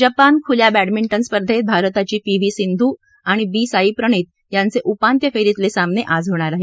Japan खुल्या badminton स्पर्धेत भारताची पी व्ही सिंधू आणि बी साई प्रणीत यांचे उपांत्यफेरीतले सामने आज होणार आहेत